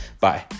bye